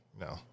no